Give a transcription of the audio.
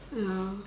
ya